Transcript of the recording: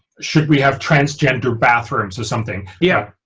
should we have transgender bathrooms or something? yeah,